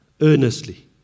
earnestly